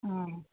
অঁ